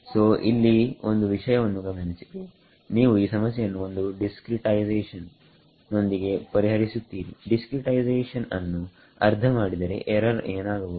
ಸೋಇಲ್ಲಿ ಒಂದು ವಿಷಯವನ್ನು ಗಮನಿಸಿರಿ ನೀವು ಈ ಸಮಸ್ಯೆಯನ್ನು ಒಂದು ಡಿಸ್ಕ್ರಿಟೈಸೇಶನ್ ನೊಂದಿಗೆ ಪರಿಹರಿಸುತ್ತೀರಿ ಡಿಸ್ಕ್ರಿಟೈಸೇಶನ್ಅನ್ನು ಅರ್ಧ ಮಾಡಿದರೆ ಎರರ್ ಏನಾಗಬಹುದು